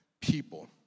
people